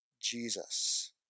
Jesus